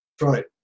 right